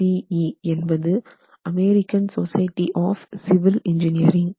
ASCE என்பது American society of civil engineering